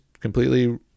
completely